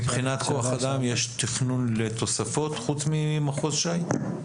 מבחינת כוח אדם יש תכנון לתוספות חוץ ממחוז שי?